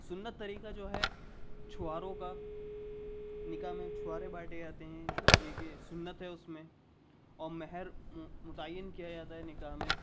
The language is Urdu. سنت طریقہ جو ہے چھواروں کا نکاح میں چھوارے بانٹے جاتے ہیں یہ کہ سنت ہے اس میں اور مہر متعین کیا جاتا ہے نکاح میں